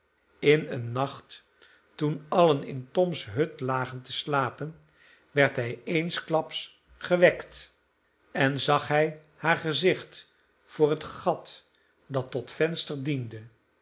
in een nacht toen allen in toms hut lagen te slapen werd hij eensklaps gewekt en zag hij haar gezicht voor het gat dat tot venster diende